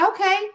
Okay